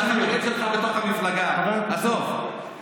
חבר הכנסת קושניר.